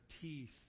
teeth